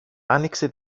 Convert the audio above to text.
άνοιξε